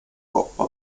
coppa